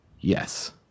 Yes